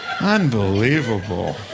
Unbelievable